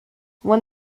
when